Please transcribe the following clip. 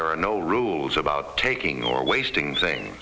there are no rules about taking or wasting thing